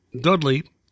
Dudley